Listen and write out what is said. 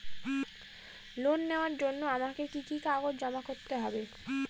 Loan নেওয়ার জন্য আমাকে কি কি কাগজ জমা করতে হবে?